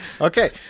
Okay